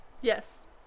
Yes